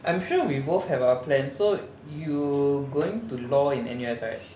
I'm sure we both have a plan so you going to law in N_U_S right they're